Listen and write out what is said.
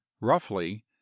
roughly